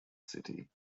city